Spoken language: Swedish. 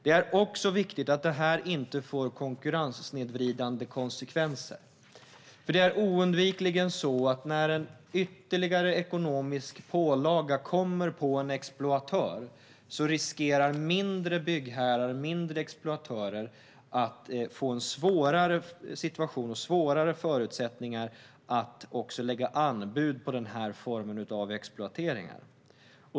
Det är också viktigt att detta inte får konkurrenssnedvridande konsekvenser, för det är oundvikligen så att när en ytterligare ekonomisk pålaga kommer på en exploatör riskerar mindre byggherrar och mindre exploatörer att få en svårare situation och sämre förutsättningar att lägga anbud på denna form av exploateringar.